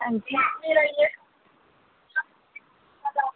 अंजी